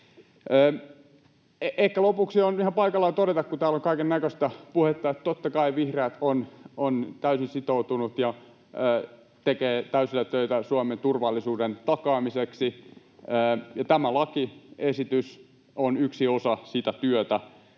Ehkä lopuksi on ihan paikallaan todeta, kun täällä on kaikennäköistä puhetta, että totta kai vihreät ovat täysin sitoutuneet ja tekevät täysillä töitä Suomen turvallisuuden takaamiseksi. Tämä lakiesitys on yksi osa sitä työtä.